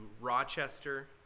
Rochester